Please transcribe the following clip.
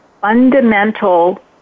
fundamental